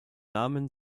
namen